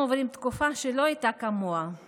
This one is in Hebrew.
אנו עוברים תקופה שלא הייתה כמוה,